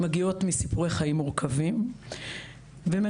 מגיעות מסיפורי חיים מורכבים ומנוצלות.